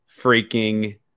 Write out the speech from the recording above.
freaking